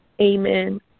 Amen